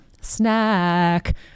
snack